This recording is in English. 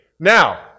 Now